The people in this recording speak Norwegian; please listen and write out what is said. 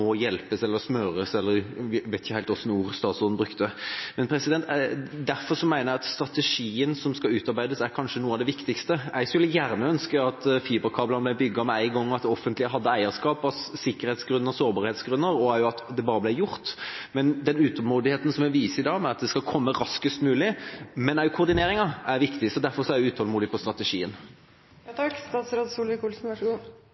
hjelpes eller smøres – jeg vet ikke helt hvilke ord statsråden brukte. Derfor mener jeg at strategien som skal utarbeides, kanskje er noe av det viktigste. Jeg skulle gjerne ønske at fiberkablene ble bygd med en gang, og at det offentlige hadde eierskap av sikkerhetsgrunner og sårbarhetsgrunner, og også at det bare ble gjort. Den utålmodigheten som vi viser i dag etter at det skal komme raskest mulig, men også når det gjelder koordineringa, er viktig. Derfor er vi utålmodige på strategien.